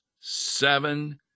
seven